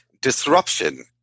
Disruption